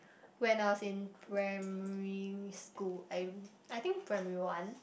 when I was in primary school I I think primary one